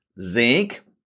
zinc